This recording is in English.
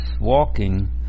walking